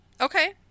Okay